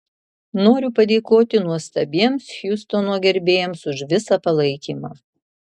noriu padėkoti nuostabiems hjustono gerbėjams už visą palaikymą